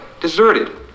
deserted